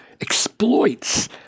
exploits